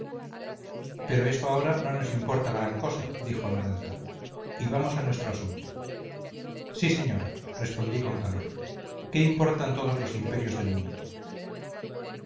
pero eso ahora no nos importa gran cosa dijo amaranta y vamos a nuestro asunto sí señora respondí con calor qué importan todos los imperios del mundo